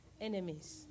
Enemies